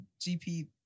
GP